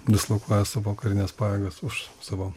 dislokuoja savo karines pajėgas už savo